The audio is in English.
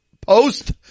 post